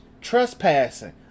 trespassing